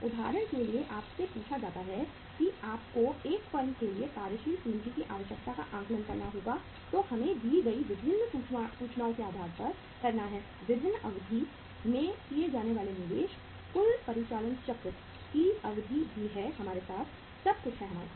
उदाहरण के लिए आपसे पूछा जाता है कि आपको एक फर्म के लिए कार्यशील पूंजी की आवश्यकता का आकलन करना होगा जो हमें दी गई विभिन्न सूचनाओं के आधार पर करना है विभिन्न अवधि में किया जाने वाला निवेश कुल परिचालन चक्र की अवधि भी है हमारे साथ सब कुछ हमारे साथ है